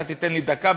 אתה תיתן לי דקה,